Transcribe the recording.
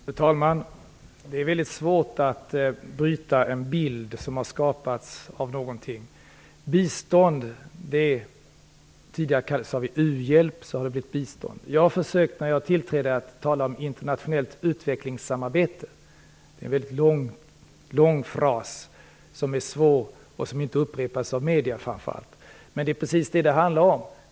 Fru talman! Det är väldigt svårt att bryta en bild som har skapats av någonting. Tidigare sade vi uhjälp, och sedan har det blivit bistånd. Jag har försökt sedan jag tillträdde att tala om internationellt utvecklingssamarbete. Det är en väldigt lång fras som är svår och som framför allt inte upprepas av medierna. Men det är precis det det handlar om.